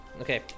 Okay